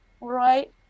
right